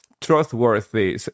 trustworthy